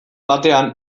batean